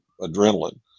adrenaline